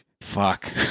Fuck